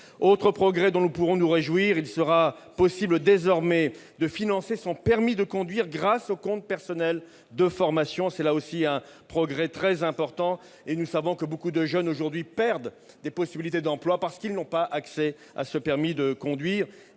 Autre progrès dont nous pouvons nous réjouir, il sera possible, désormais, de financer son permis de conduire grâce au compte personnel de formation. C'est là aussi un progrès très important, nombre de jeunes perdant des possibilités d'emploi parce qu'ils n'ont pas ce titre.